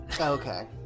Okay